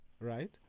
right